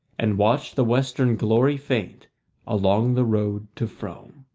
and watched the western glory faint along the road to frome.